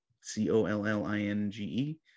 C-O-L-L-I-N-G-E